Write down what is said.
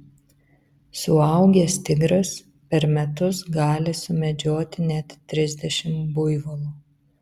suaugęs tigras per metus gali sumedžioti net trisdešimt buivolų